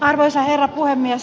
arvoisa herra puhemies